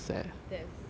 that sucks